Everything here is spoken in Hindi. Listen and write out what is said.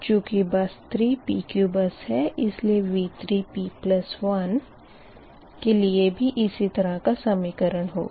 चूँकि बस 3 PQ बस है इसलिए V3p1 के लिए भी इसी तरह का समीकरण होगा